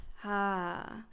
Ha